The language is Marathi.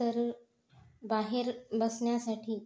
तर बाहेर बसण्यासाठी